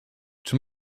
czy